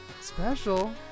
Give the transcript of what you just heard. special